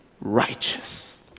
righteous